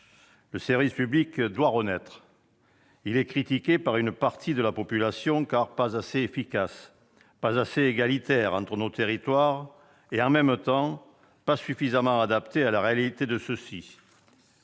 Le service public doit renaître. Il est critiqué par une partie de la population, car pas assez efficace, pas assez égalitaire entre nos territoires et, en même temps, pas suffisamment adapté à la réalité de ceux-ci.